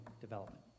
development